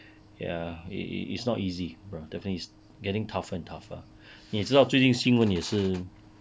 ya it it it's not easy definitely is getting tougher and tougher 你知道最近新闻也是